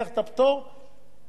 ופה יש לך אפשרות למזג.